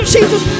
Jesus